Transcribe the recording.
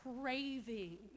craving